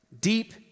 deep